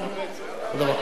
תודה רבה.